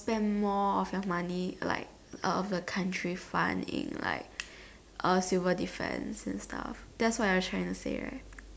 spend more of your money like uh of the country funding like uh civil defence and stuffs that's what you're trying to say right